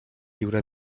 lliure